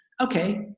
okay